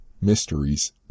mysteries